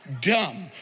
dumb